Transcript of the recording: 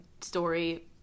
story